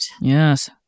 Yes